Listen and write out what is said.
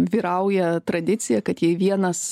vyrauja tradicija kad jei vienas